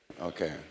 Okay